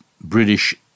British